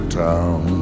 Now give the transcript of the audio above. town